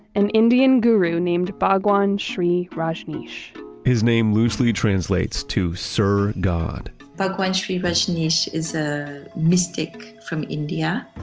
an indian guru named bhagwan shree rajneesh his name loosely translates to sir god bhagwan shree rajneesh is a mystic from india,